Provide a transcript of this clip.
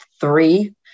three